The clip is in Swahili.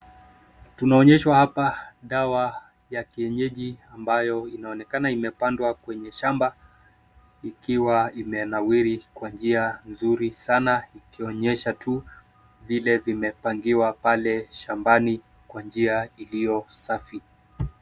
Tunaonyeshwa hapa dawa ya kienyeji ambayo inaonekana imepandwa kwenye shamba ikiwa imenawiri kwa njia nzuri sana ikionyesha tu vile vimepangiwa pale shambani kwa njia iliyosafi.